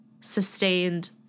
sustained